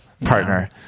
partner